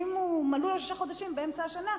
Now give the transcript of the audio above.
שאם מלאו לו שישה חודשים באמצע השנה,